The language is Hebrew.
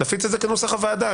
נפיץ את זה כנוסח הוועדה.